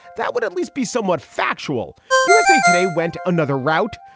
that would at least be somewhat factual. usa today went another route.